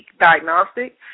diagnostic